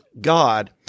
God